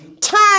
time